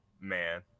man